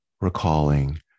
recalling